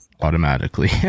automatically